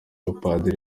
abapadiri